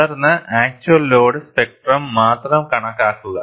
തുടർന്ന് actual load spectrum മാത്രം കണക്കാക്കുക